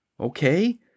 okay